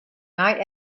night